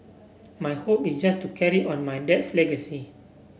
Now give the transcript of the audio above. my hope is just to carry on my dad's legacy